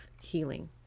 healing